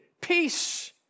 peace